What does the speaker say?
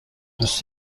دوست